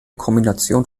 kombination